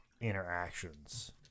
interactions